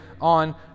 on